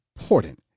important